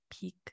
peak